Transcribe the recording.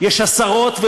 יש עשרות,